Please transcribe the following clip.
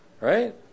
Right